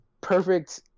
perfect